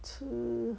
吃